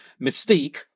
Mystique